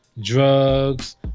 drugs